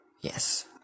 yes